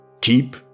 Keep